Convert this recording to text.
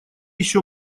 еще